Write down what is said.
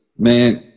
Man